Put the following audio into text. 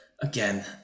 again